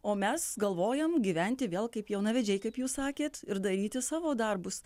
o mes galvojam gyventi vėl kaip jaunavedžiai kaip jūs sakėt ir daryti savo darbus